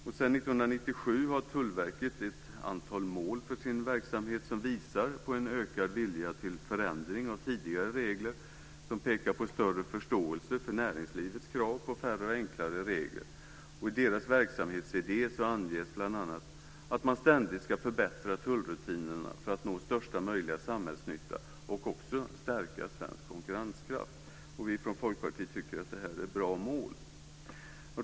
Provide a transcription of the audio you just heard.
Sedan 1997 har Tullverket ett antal mål för sin verksamhet som visar på en ökad vilja till förändring av tidigare regler, som pekar på större förståelse för näringslivets krav på färre och enklare regler. I deras verksamhetsidé anges bl.a. att man ständigt ska förbättra tullrutinerna för att nå största möjliga samhällsnytta och även stärka svensk konkurrenskraft. Vi från Folkpartiet tycker att det här är bra mål.